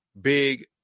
big